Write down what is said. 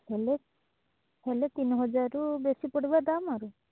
ହେଲେ ହେଲେ ତିନି ହଜାରରୁ ବେଶୀ ପଡ଼ିବ ଦାମ୍ ଆରୁ